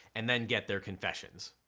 and then get their confessions.